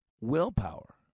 willpower